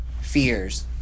Fears